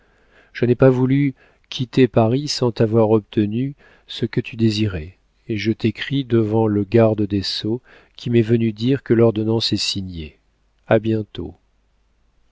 je n'ai pas voulu quitter paris sans t'avoir obtenu ce que tu désirais et je t'écris devant le garde des sceaux qui m'est venu dire que l'ordonnance est signée a bientôt